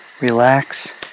Relax